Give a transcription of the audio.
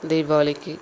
தீபாவளிக்கு